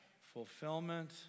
fulfillment